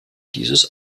dieses